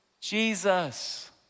Jesus